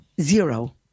zero